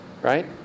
right